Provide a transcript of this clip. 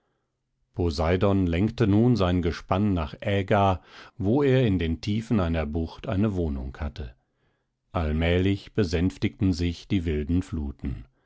lenkte nun sein gespann nach äga wo er in den tiefen einer bucht eine wohnung hatte allmählich besänftigten sich die wilden fluten